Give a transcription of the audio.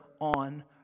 on